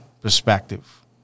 perspective